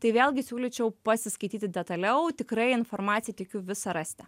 tai vėlgi siūlyčiau pasiskaityti detaliau tikrai informaciją tikiu visą rasite